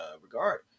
regard